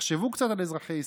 תחשבו קצת על אזרחי ישראל.